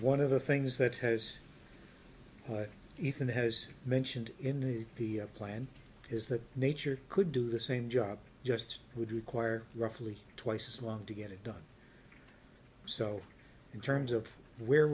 one of the things that has ethan has mentioned in the plan is that nature could do the same job just would require roughly twice as long to get it done so in terms of where